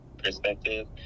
perspective